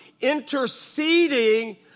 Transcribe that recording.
interceding